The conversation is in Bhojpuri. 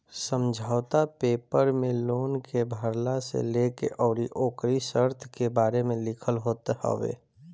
समझौता पेपर में लोन के भरला से लेके अउरी ओकरी शर्त के बारे में लिखल होत हवे